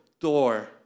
door